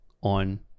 on